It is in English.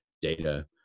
data